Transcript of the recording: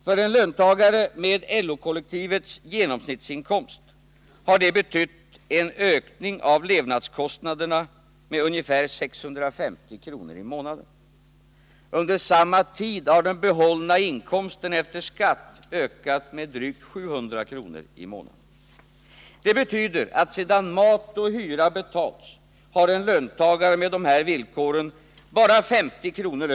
För en löntagare med LO-kollektivets genomsnittsinkomst har detta betytt en ökning av levnadskostnaderna med ungefär 650 kr. i månaden. Under samma tid har den behållna inkomsten efter skatt ökat med drygt 700 kr. i månaden. Det betyder att sedan mat och hyra betalats har en löntagare med de här villkoren bara 50 kr.